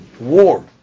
war